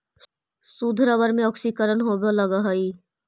शुद्ध रबर में ऑक्सीकरण होवे लगऽ हई